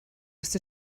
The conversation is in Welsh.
ers